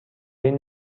این